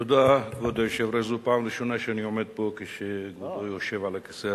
תודה, כבוד היושב-ראש.